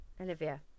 olivia